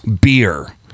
beer